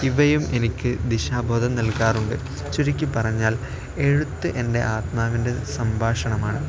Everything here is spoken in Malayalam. ഇവയും എനിക്ക് ദിശാബോധം നൽകാറുണ്ട് ചുരുക്കിപ്പറഞ്ഞാൽ എഴുത്ത് എൻ്റെ ആത്മാവിൻ്റെ സംഭാഷണമാണ്